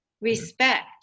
respect